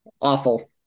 Awful